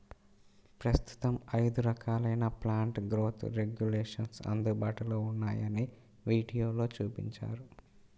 ప్రస్తుతం ఐదు రకాలైన ప్లాంట్ గ్రోత్ రెగ్యులేషన్స్ అందుబాటులో ఉన్నాయని వీడియోలో చూపించారు